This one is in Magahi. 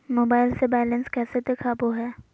मोबाइल से बायलेंस कैसे देखाबो है?